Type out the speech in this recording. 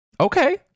Okay